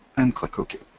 and click ok.